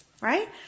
right